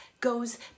Goes